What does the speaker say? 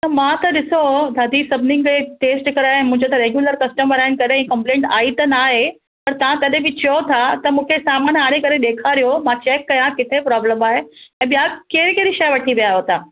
त मां ॾिसो दादी सभिनिन खे टेस्ट कराए मुंजो त रेग्यूलर कस्टमर आहिनि कॾहिं कम्पलेंट आई त नाहे पर ता तॾीं बि चओ था त मुखे सामान आणे करे ॾेखारियो मां चेक कयां किथे प्राबलम आहे ऐं ॿिया कैड़ियूं कैड़ियूं शयूं वठी वया आयो तां